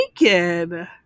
naked